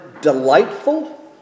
delightful